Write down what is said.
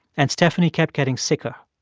and stephanie kept getting sicker.